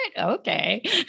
okay